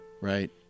right